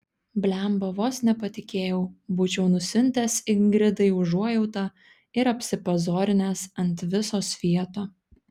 blemba vos nepatikėjau būčiau nusiuntęs ingridai užuojautą ir apsipazorinęs ant viso svieto